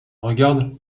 regarde